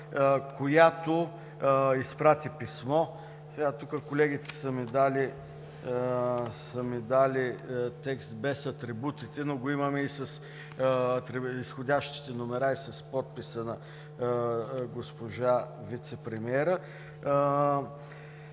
която изпрати писмо. Тук колегите са ми дали текст без атрибутите, но го имаме и с изходящите номера, и с подписа на госпожа вицепремиера.